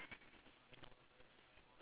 oh no mine is full of potato